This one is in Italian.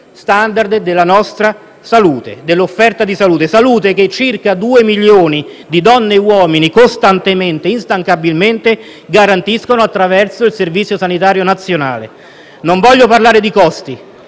alti gli *standard* dell'offerta di salute. Salute che circa due milioni di donne e uomini, costantemente e instancabilmente, garantiscono attraverso il Servizio sanitario nazionale. Non voglio parlare di costi